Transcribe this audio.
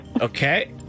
Okay